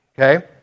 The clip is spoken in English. Okay